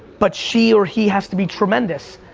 but she or he has to be tremendous.